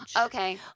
Okay